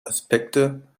aspekte